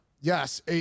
Yes